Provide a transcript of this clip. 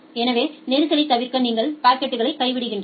எனவே நெரிசலைத் தவிர்க்க நீங்கள் பாக்கெட்டை கைவிடுகிறீர்கள்